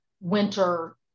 winter